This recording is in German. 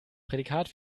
prädikat